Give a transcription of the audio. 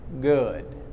good